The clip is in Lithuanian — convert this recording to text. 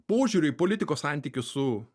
požiūrį į politikos santykius su